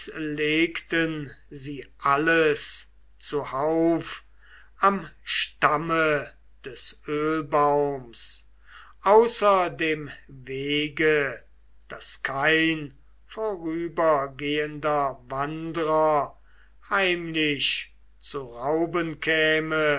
legten sie alles zuhauf am stamme des ölbaums außer dem wege daß kein vorübergehender wandrer heimlich zu rauben käme